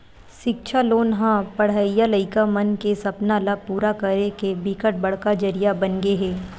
सिक्छा लोन ह पड़हइया लइका मन के सपना ल पूरा करे के बिकट बड़का जरिया बनगे हे